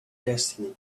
destiny